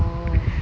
oh